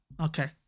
Okay